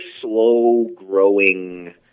slow-growing